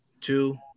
two